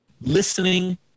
listening